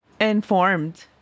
Informed